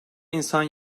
insan